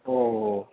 ഓ ഓ ഓ